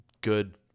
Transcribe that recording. good